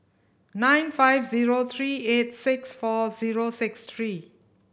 nine five zero three eight six four zero six three